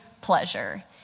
pleasure